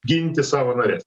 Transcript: ginti savo nares